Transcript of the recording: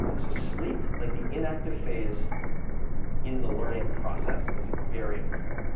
ah so sleep, like the inactive phase in the learning process, is very important.